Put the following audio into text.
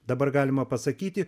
dabar galima pasakyti